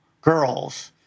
girls